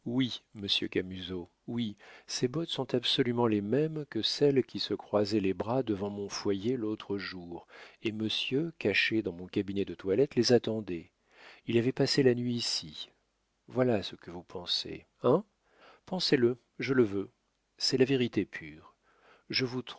monsieur camusot oui ces bottes sont absolument les mêmes que celles qui se croisaient les bras devant mon foyer l'autre jour et monsieur caché dans mon cabinet de toilette les attendait il avait passé la nuit ici voilà ce que vous pensez hein pensez le je le veux c'est la vérité pure je vous